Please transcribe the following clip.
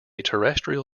terrestrial